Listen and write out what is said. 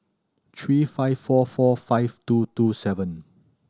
three five four four five two two seven